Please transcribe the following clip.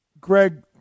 Greg